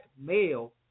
male